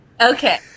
Okay